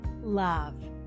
love